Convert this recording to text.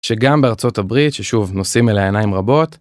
שגם בארצות הברית ששוב נושאים אליה עיניים רבות.